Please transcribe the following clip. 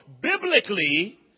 biblically